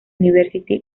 university